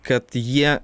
kad jie